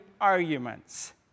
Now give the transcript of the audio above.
arguments